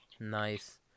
Nice